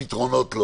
אין פתרונות.